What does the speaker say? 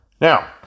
Now